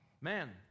Man